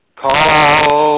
call